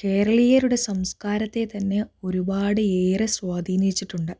കേരളീയരുടെ സംസ്കാരത്തെതന്നെ ഒരുപാട് ഏറെ സ്വാധീനിച്ചിട്ടുണ്ട്